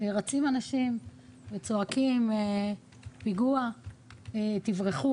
רצים אנשים, וצועקים "פיגוע, תברחו".